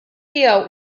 tiegħu